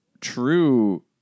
true